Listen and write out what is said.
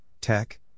Tech